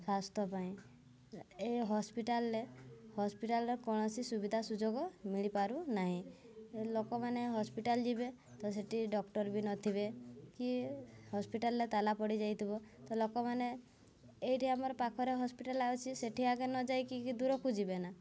ସ୍ୱାସ୍ଥ୍ୟ ପାଇଁ ଏ ହସ୍ପିଟାଲ୍ରେ ହସ୍ପିଟାଲ୍ରେ କୌଣସି ସୁବିଧା ସୁଯୋଗ ମିଳିପାରୁନାହିଁ ଲୋକମାନେ ହସ୍ପିଟାଲ୍ ଯିବେ ତ ସେଇଠି ଡକ୍ଟର ବି ନଥିବେ କି ହସ୍ପିଟାଲ୍ରେ ତାଲା ପଡ଼ିଯାଇଥିବ ତ ଲୋକମାନେ ଏଇଠି ଆମର ପାଖରେ ହସ୍ପିଟାଲ୍ ଅଛି ସେଇଠି ଆଗେ ନ ଯାଇକି କି ଦୂରକୁ ଯିବେ ନା